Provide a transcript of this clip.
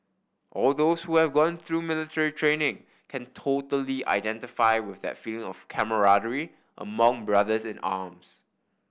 all those who have gone through military training can totally identify with that feeling of camaraderie among brothers in arms